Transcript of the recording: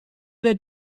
that